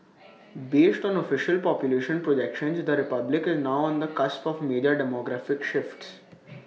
based on official population projections the republic is now on the cusp of major demographic shifts